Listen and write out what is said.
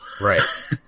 Right